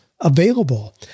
available